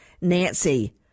nancy